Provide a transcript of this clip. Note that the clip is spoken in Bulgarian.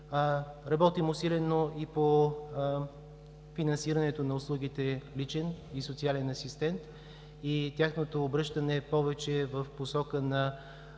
Работим усилено и по финансирането на услугите „Личен“ и „Социален“ асистент, и тяхното обръщане повече в посока на